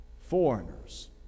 foreigners